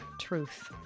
Truth